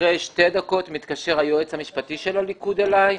אחרי שתי דקות מתקשר היועץ המשפטי של הליכוד אלי.